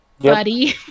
Buddy